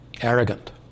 arrogant